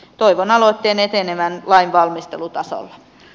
toivon aloitteen etenevän lainvalmistelutasolle